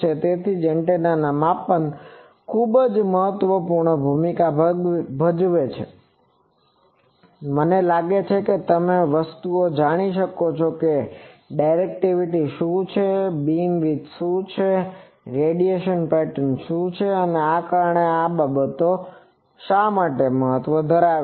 તેથી જ એન્ટેનામાં માપન ખૂબ જ મહત્વપૂર્ણ ભૂમિકા ભજવે છે મને લાગે છે કે તમે તે વસ્તુઓ જાણી શકો છો કે ડાયરેકટીવીટી શું છે બીમવિડ્થ શું છે રેડિયેશન પેટર્ન શું છે કારણ કે આ બાબતો આખરે મહત્વ ધરાવે છે